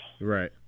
Right